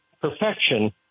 perfection